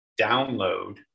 download